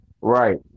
Right